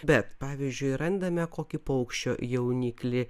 bet pavyzdžiui randame kokį paukščio jauniklį